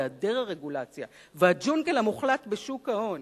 והיעדר הרגולציה והג'ונגל המוחלט בשוק ההון,